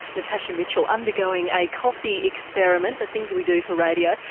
natasha mitchell undergoing a coffee experiment, the things we do for radio,